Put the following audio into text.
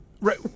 Right